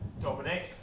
Dominic